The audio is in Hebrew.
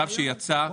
במכתב שיצא,